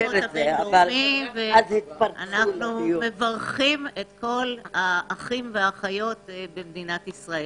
אנחנו מברכים את כל האחים והאחיות במדינת ישראל.